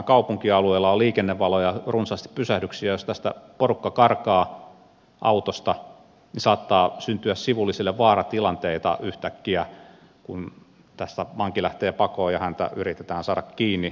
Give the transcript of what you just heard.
on liikennevaloja runsaasti pysähdyksiä ja jos tästä porukka karkaa autosta niin saattaa syntyä sivullisille vaaratilanteita yhtäkkiä kun tästä vanki lähtee pakoon ja häntä yritetään saada kiinni